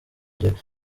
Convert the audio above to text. njye